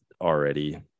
already